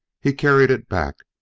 he carried it back,